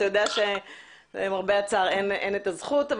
למרבה הצער, אין הזכות.